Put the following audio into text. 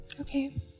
Okay